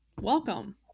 welcome